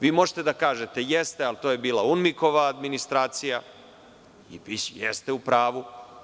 Vi možete da kažete – jeste, ali to je bila UNMIK administracija i jeste u pravu.